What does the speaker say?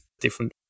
different